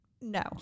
no